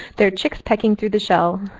they're chicks pecking through the shell.